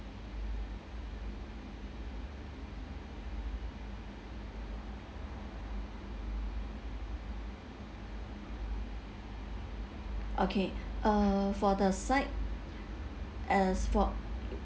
okay uh for the side as for